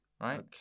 Right